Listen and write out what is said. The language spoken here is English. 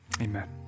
Amen